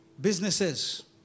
businesses